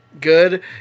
good